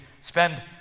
spend